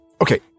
Okay